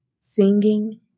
singing